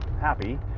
happy